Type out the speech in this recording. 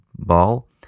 ball